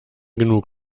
genug